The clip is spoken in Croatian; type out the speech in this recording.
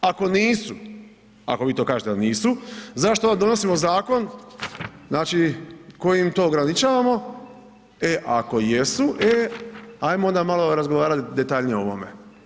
Ako nisu, ako vi to kažete da nisu, zašto onda donosimo zakon, znači kojim to ograničavamo, e ako jesu, e, ajmo onda malo razgovarati detaljnije o ovome.